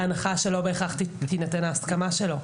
בהנחה שלא בהכרח תינתן ההסכמה שלו,